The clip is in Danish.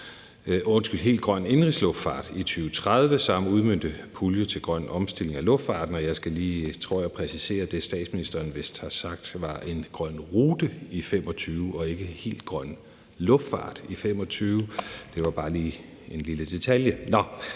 helt grøn indenrigsluftfart i 2030 samt udmønte pulje til grøn omstilling af luftfarten. Jeg skal lige præcisere, tror jeg, at det, statsministeren vist har sagt, var en grøn rute i 2025 og ikke helt grøn luftfart i 2025. Det var bare en lille detalje.